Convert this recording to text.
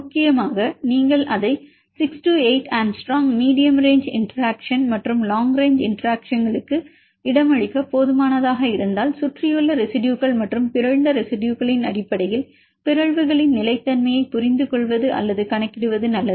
முக்கியமாக நீங்கள் அதை 6 8 ஆங்ஸ்ட்ரோம் மீடியம் ரேங்ச் இன்டெராக்ஷன் மற்றும் லாங் ரேங்ச் இன்டெராக்ஷன்களுக்கு இடமளிக்க போதுமானதாக இருந்தால் சுற்றியுள்ள ரெசிடுயுகள் மற்றும் பிறழ்ந்த ரெசிடுயுகளின் அடிப்படையில் பிறழ்வுகளின் நிலைத் தன்மையைப் புரிந்துகொள்வது அல்லது கணக்கிடுவது நல்லது